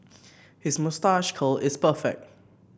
his moustache curl is perfect